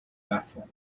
platform